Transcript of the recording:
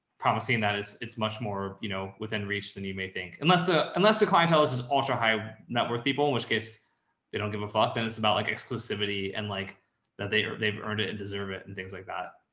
promising that it's, it's much more, you know, within reach than you may think. unless, ah unless the clientele is just ultra high net worth people, in which case they don't give a fuck, then it's about like exclusivity and like that they are, they've earned it and deserve it and things like that.